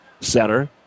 center